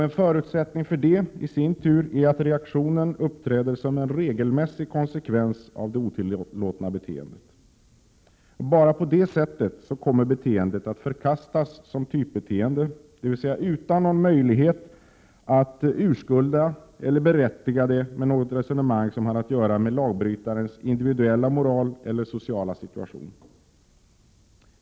En förutsättning för det är i sin tur att reaktionen uppträder som en regelmässig konsekvens av det otillåtna beteendet. Bara på det sättet kommer beteendet att förkastas som typbeteende, dvs. utan någon möjlighet att urskulda eller berättiga det med något resonemang som har att göra med lagbrytarens individuella moral eller sociala situation.